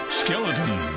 skeleton